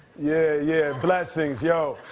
yeah, yeah. blessings, yo.